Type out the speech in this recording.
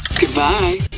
Goodbye